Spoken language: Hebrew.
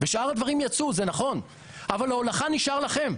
ושאר הדברים יצאו נכון, אבל ההולכה נשארה לכם,